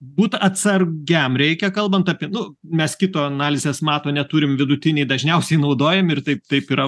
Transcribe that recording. būt atsargiam reikia kalbant apie nu mes kito analizės mato neturim vidutiniai dažniausiai naudojami ir taip taip yra